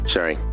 Sorry